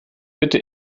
bitte